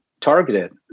targeted